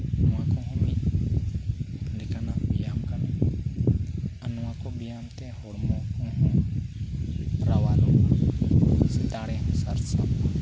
ᱱᱚᱣᱟ ᱠᱚᱦᱚᱸ ᱢᱤᱫ ᱞᱮᱠᱟᱱᱟᱜ ᱵᱮᱭᱟᱢ ᱠᱟᱱᱟ ᱟᱨ ᱱᱚᱣᱟ ᱠᱚ ᱵᱮᱭᱟᱢᱛᱮ ᱦᱚᱲᱢᱚ ᱠᱚᱦᱚᱸ ᱨᱟᱣᱟᱞ ᱵᱩᱡᱷᱟᱹᱜᱼᱟ ᱫᱟᱲᱮ ᱥᱟᱨᱥᱟᱣᱜᱼᱟ